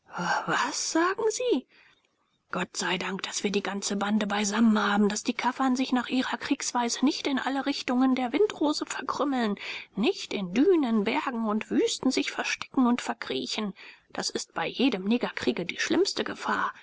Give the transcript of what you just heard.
waas sagen sie gott sei dank daß wir die ganze bande beisammen haben daß die kaffern sich nach ihrer kriegsweise nicht in alle richtungen der windrose verkrümeln nicht in dünen bergen und wüsten sich verstecken und verkriechen das ist bei jedem negerkriege die schlimmste gefahr